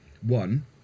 One